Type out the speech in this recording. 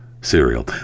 cereal